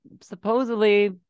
supposedly